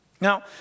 Now